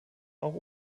auch